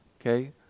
Okay